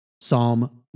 Psalm